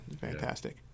fantastic